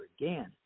again